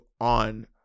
on